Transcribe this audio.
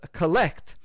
collect